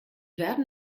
werden